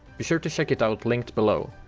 be sure to check it out linked below.